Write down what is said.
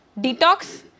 detox